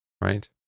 right